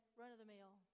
run-of-the-mill